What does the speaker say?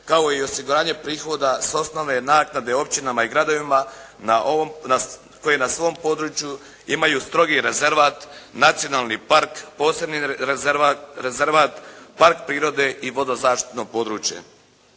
kao i osiguranje prihoda s osnove naknade općinama i gradovima koji na svom području imaju strogi rezervat nacionalni park, posebni rezervat, park prirode i vodozaštitno područje.